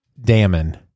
damon